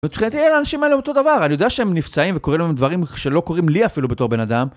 מבחינתי אלה, האנשים האלו אותו דבר, אני יודע שהם נפצעים וקורים להם דברים שלא קוראים לי אפילו בתור בן אדם